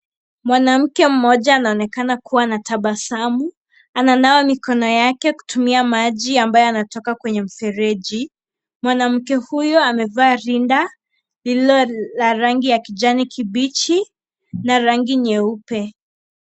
Mwanamke mmoja anaonekana kuwa na tabasamu. Ananawa mikono yake kutumia maji ambayo yanatoka kwenye mfereji. Mwanamke huyu, amevaa rinda lililo la rangi ya kijani kibichi na rangi nyeupe.